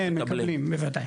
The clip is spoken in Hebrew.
כן, מקבלים, בוודאי.